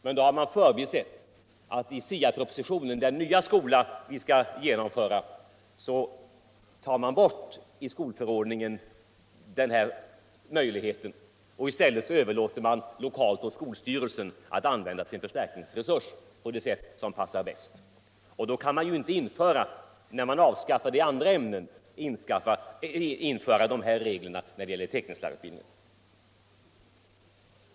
Men då har man förbisett att SIA-propositionen —- den nya skola som vi skall genomföra — i skolförordningen tar bort den här möjligheten. I stället överlåter man lokalt till skolstyrelsen att använda sina förstärkningsresurser på det sätt som passar bäst. När man avskaffar de här reglerna vid utbildning i andra ämnen kan man ju inte införa dem när det gäller teckningslärarutbildningen.